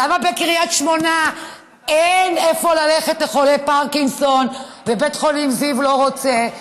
למה בקריית שמונה אין לחולי פרקינסון לאן ללכת ובית חולים זיו לא רוצה.